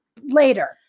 later